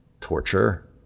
torture